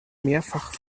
mehrfach